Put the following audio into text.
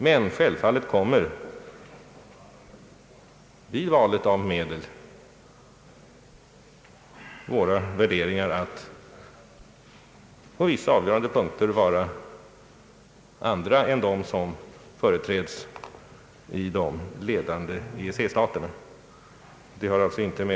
Men självfallet kommer vid valet av medel våra värderingar att på vissa avgörande punkter vara andra än de som företräds i de ledande EEC-staterna.